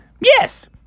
yes